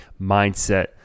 mindset